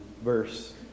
verse